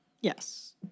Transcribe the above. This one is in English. yes